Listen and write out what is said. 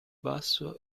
basso